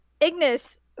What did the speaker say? Ignis